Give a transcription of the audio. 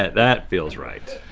that that feels right.